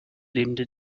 lebende